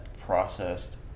Processed